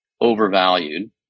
overvalued